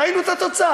ראינו את התוצאה.